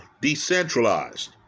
decentralized